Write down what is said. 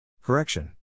Correction